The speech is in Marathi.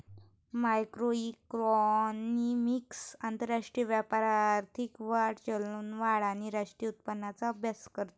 मॅक्रोइकॉनॉमिक्स आंतरराष्ट्रीय व्यापार, आर्थिक वाढ, चलनवाढ आणि राष्ट्रीय उत्पन्नाचा अभ्यास करते